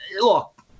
look